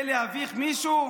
זה להביך מישהו?